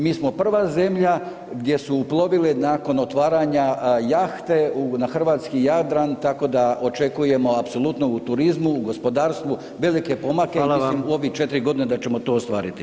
Mi smo prva zemlja gdje su uplovile nakon otvaranja jahte na hrvatski Jadran tako da očekujemo apsolutno u turizmu, u gospodarstvu velike pomake i mislim u ovih 4 godine da ćemo to ostvariti.